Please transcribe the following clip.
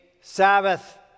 Sabbath